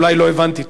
אולי לא הבנתי טוב.